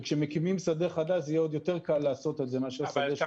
וכשמקימים שדה חדש זה יהיה עוד יותר קל לעשות את זה מאשר שדה --- אבל